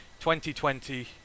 2020